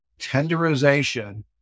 tenderization